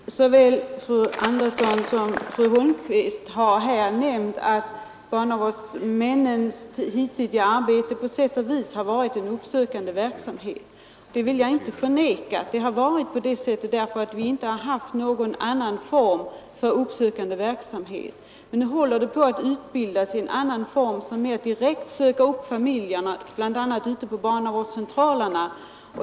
Herr talman! Såväl fröken Anderson i Lerum som fru Holmqvist har här nämnt att barnavårdsmannens tidigare arbete på sätt och vis har varit en uppsökande verksamhet. Jag vill inte förneka att det har varit på det sättet, för vi har ju inte haft någon annan form för uppsökande verksamhet. Men nu håller det på att utbildas, bl.a. på barnavårdscentralerna, en ny form där man mera direkt söker upp familjerna.